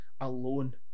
alone